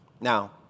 Now